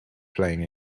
playing